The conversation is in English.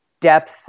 depth